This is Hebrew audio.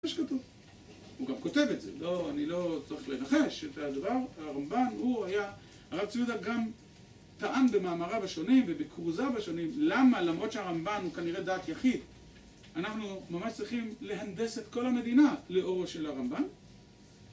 יש כתוב, הוא גם כותב את זה, לא אני לא צריך לנחש את הדבר, הרמב"ן הוא היה, הרב צבי-יהודה גם טען במאמריו השונים ובכרוזיו השונים למה למרות שהרמב"ן הוא כנראה דעת יחיד, אנחנו ממש צריכים להנדס את כל המדינה לאורו של הרמב"ן?